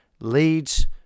leads